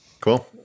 Cool